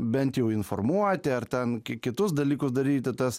bent jau informuoti ar ten ki kitus dalykus daryti tas